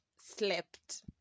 Slept